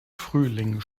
frühling